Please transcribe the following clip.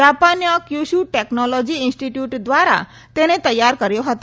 જાપાનના Kyushu technology institute દ્વારા તેને તૈયાર કર્યો હતો